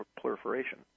proliferation